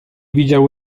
widział